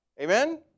Amen